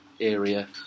area